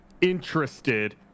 interested